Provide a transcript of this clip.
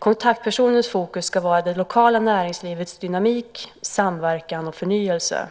Kontaktpersonens fokus ska vara det lokala näringslivets dynamik, samverkan och förnyelse.